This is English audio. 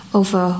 over